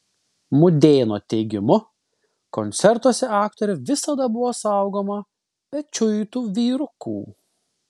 mudėno teigimu koncertuose aktorė visada buvo saugoma pečiuitų vyrukų